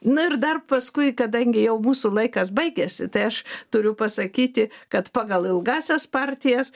nu ir dar paskui kadangi jau mūsų laikas baigiasi tai aš turiu pasakyti kad pagal ilgąsias partijas